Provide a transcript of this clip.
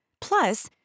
Plus